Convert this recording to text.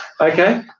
Okay